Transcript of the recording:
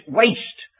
waste